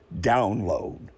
download